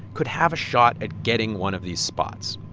could have a shot at getting one of these spots.